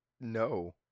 No